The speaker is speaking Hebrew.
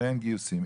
אין גיוסים.